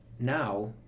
Now